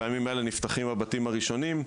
בימים האלה נפתחים הבתים הראשונים.